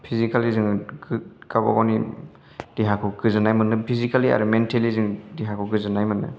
physically जोङो गावबागावनि देहाखौ गोजोननाय मोनो फिजिकेलि आरो मेनटेलि जों देहाखौ गोजोननाय मोनो